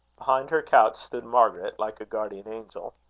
behind her couch stood margaret, like a guardian angel.